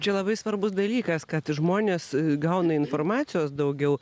čia labai svarbus dalykas kad žmonės gauna informacijos daugiau